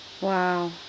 Wow